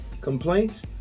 complaints